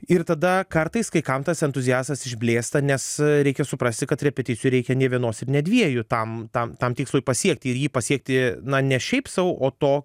ir tada kartais kai kam tas entuziazmas išblėsta nes reikia suprasti kad repeticijų reikia ne vienos ir ne dviejų tam tam tam tikslui pasiekti ir jį pasiekti na ne šiaip sau o to